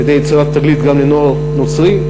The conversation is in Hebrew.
על-ידי יצירת "תגלית" גם לנוער נוצרי.